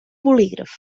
bolígraf